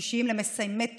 אישיים למסיימי תוכניות,